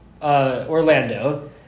Orlando